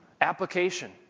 application